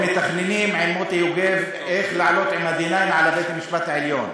הם מתכננים עם מוטי יוגב איך לעלות עם ה-D9 על בית-המשפט העליון.